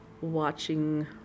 watching